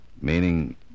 Meaning